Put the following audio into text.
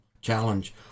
challenge